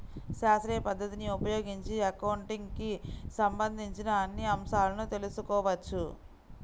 శాస్త్రీయ పద్ధతిని ఉపయోగించి అకౌంటింగ్ కి సంబంధించిన అన్ని అంశాలను తెల్సుకోవచ్చు